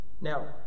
Now